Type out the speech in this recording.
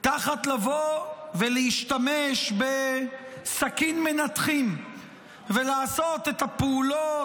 תחת לבוא ולהשתמש בסכין מנתחים ולעשות את הפעולות